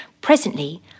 Presently